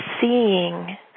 seeing